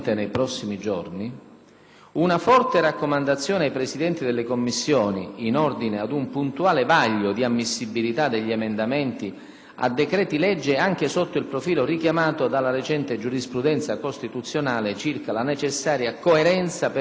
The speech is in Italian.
una forte raccomandazione ai Presidenti delle Commissioni in ordine ad un puntuale vaglio di ammissibilità degli emendamenti a decreti-legge anche sotto il profilo richiamato dalla recente giurisprudenza costituzionale circa la necessaria coerenza per materia con il testo.